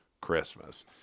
Christmas